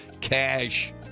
cash